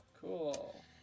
Cool